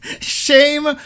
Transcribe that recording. Shame